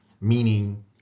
meaning